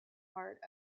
part